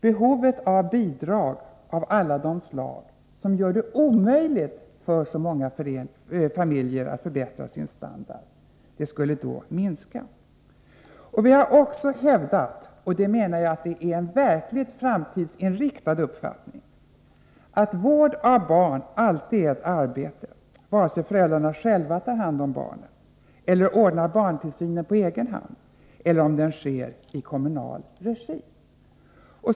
Behovet av alla dessa bidrag, som i realiteten gör det omöjligt för så många familjer att förbättra sin standard, skulle då minska. Vi har också hävdat, och jag menar att det är en verkligt framtidsinriktad uppfattning, att vård av barn alltid är ett arbete — vare sig föräldrarna själva tar hand om barnen eller ordnar barntillsynen på egen hand eller om den sker i kommunal regi.